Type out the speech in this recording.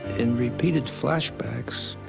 and repeated flashbacks,